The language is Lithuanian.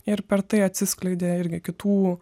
ir per tai atsiskleidė irgi kitų